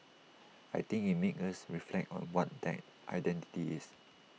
I think IT made us reflect on what that identity is